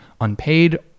unpaid